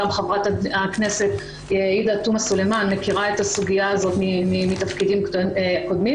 גם חברת הכנסת עאידה תומא סלימאן מכירה את הסוגיה הזאת מתפקידים קודמים.